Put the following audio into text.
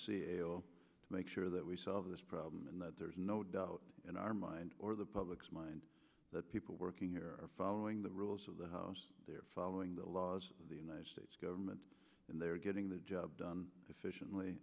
and make sure that we solve this problem and that there is no doubt in our mind or the public's mind that people working here are following the rules of the house they're following the laws of the united states government and they're getting the job done efficiently